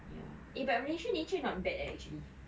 ya eh but malaysia nature not bad leh actually